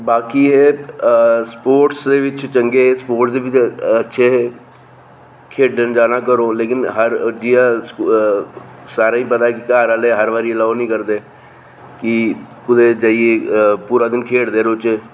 बाकी एह् सुपोर्टस दे बिच चंगे हे सुपोर्टस दे बिच अच्छे हे खेढन जाना घरों लेकिन हर जि'यां स सारें ई पता कि घर आह्ले हर बारी अलो नेईं करदे कि कुतै जाइयै पूरा दिन खेढदे रोह्चै